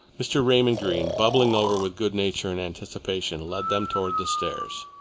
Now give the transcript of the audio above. mr. raymond greene, bubbling over with good nature and anticipation, led them towards the stairs.